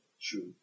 True